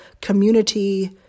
community